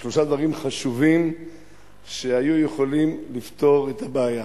או שלושה דברים חשובים שהיו יכולים לפתור את הבעיה: